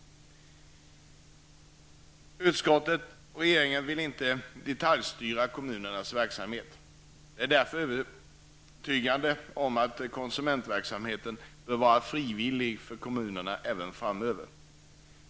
Regeringen och utskottet vill inte detaljstyra kommunernas verksamhet och är därför övertygade om att konsumentverksamheten bör vara frivillig för kommunerna även framöver.